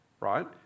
Right